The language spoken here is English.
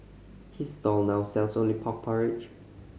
his stall now sells only pork porridge